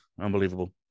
Unbelievable